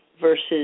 versus